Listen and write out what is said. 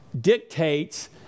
dictates